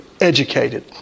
educated